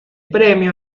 premio